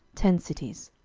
ten cities.